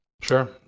Sure